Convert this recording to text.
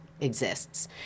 exists